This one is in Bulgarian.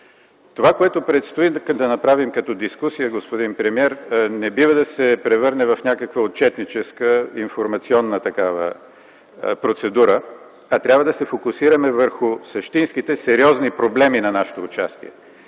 Това, което предстои да направим като дискусия, господин премиер, не бива да се превърне в някаква отчетническа, информационна процедура, а трябва да се фокусираме върху същинските, сериозни проблеми на нашето участие.